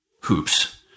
hoops